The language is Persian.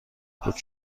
بود